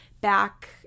Back